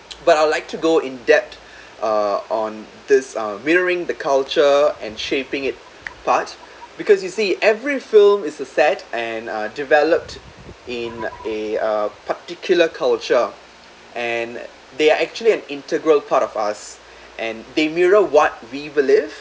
but I would like to go in depth uh on this uh mirroring the culture and shaping it but because you see every film is a set and uh developed in a uh particular culture and they are actually an integral part of us and they mirror what we believe